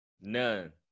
none